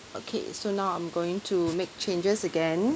okay so now I'm going to make changes again